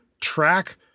track